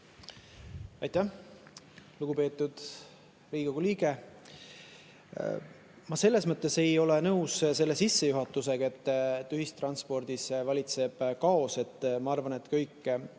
Aitäh! Lugupeetud Riigikogu liige! Ma selles mõttes ei ole nõus selle sissejuhatusega, et ühistranspordis valitseb kaos. Ma arvan, et kõik